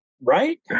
right